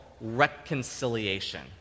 reconciliation